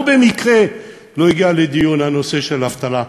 לא במקרה לא הגיע לדיון הנושא של האבטלה,